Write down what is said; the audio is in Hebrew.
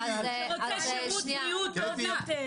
את מי שרוצה שירות בריאות טוב יותר.